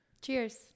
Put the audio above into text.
cheers